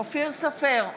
אופיר סופר,